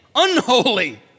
unholy